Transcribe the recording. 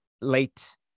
late